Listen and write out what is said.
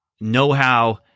know-how